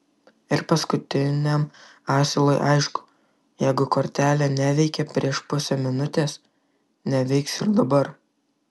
ir paskutiniam asilui aišku jeigu kortelė neveikė prieš pusę minutės neveiks ir dabar